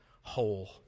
whole